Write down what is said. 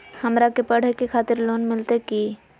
हमरा के पढ़े के खातिर लोन मिलते की?